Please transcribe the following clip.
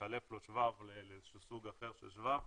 מתחלף לו שבב לסוג אחר של שבב,